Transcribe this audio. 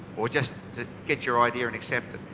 or just get your idea and accepted.